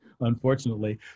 unfortunately